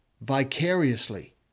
vicariously